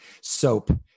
soap